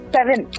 Seven